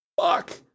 fuck